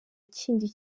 kindi